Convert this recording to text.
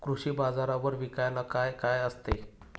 कृषी बाजारावर विकायला काय काय असते?